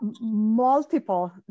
Multiple